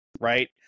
right